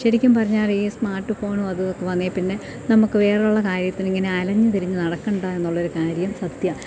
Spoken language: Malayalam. ശരിക്കും പറഞ്ഞാൽ ഈ സ്മാർട്ട് ഫോണും അതുമൊക്കെ വന്നതിൽപ്പിന്നെ നമുക്കു വേറെയുള്ള കാര്യത്തിനിങ്ങനെ അലഞ്ഞു തിരിഞ്ഞു നടക്കേണ്ട എന്നുള്ളൊരു കാര്യം സത്യാ